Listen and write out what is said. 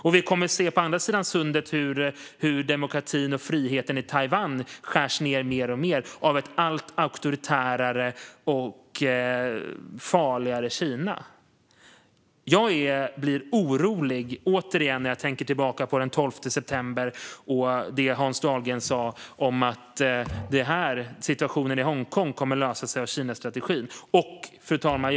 Och vi kommer på andra sidan sundet att se hur demokratin och friheten i Taiwan skärs ned mer och mer av ett alltmer auktoritärt och farligt Kina. Jag blir återigen orolig när jag tänker tillbaka på den 12 september och det Hans Dahlgren sa om att situationen i Hongkong kommer att lösa sig i och med Kinastrategin. Fru talman!